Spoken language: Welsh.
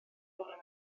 fore